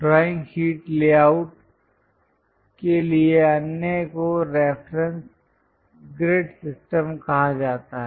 drawing sheet layout के लिए अन्य को रेफरेंस ग्रिड सिस्टम कहा जाता है